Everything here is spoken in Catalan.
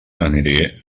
aniré